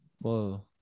Whoa